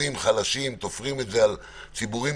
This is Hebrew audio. מבחינתנו זה נושא חדש ואני רוצה להביא את זה לוועדת הכנסת לדיון.